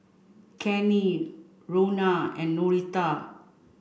Cannie Rhona and Norita